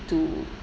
to